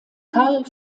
karl